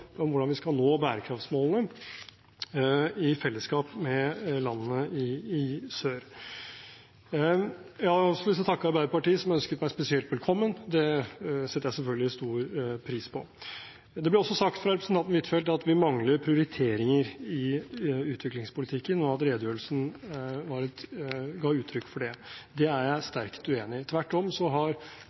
om hvordan vi skal nå bærekraftsmålene i fellesskap med landene i sør. Jeg har også lyst til å takke Arbeiderpartiet som ønsket meg spesielt velkommen – det setter jeg selvfølgelig stor pris på. Det ble også sagt fra representanten Huitfeldt at vi mangler prioriteringer i utviklingspolitikken, og at redegjørelsen ga uttrykk for det. Det er jeg sterkt uenig i. Tvert om har